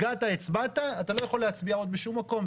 הגעת, הצבעת, אתה לא יכול להצביע עוד בשום מקום.